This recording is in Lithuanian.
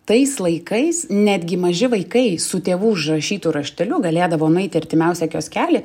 tais laikais netgi maži vaikai su tėvų užrašytu rašteliu galėdavo nueiti į artimiausią kioskelį